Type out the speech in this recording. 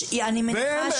חוקים.